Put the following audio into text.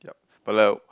yup but like